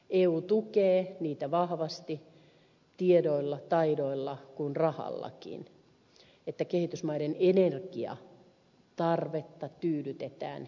eu tukee vahvasti niin tiedoilla taidoilla kuin rahallakin että kehitysmaiden energiatarvetta tyydytetään ympäristöystävällisin ratkaisuin